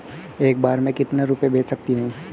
एक बार में मैं कितने रुपये भेज सकती हूँ?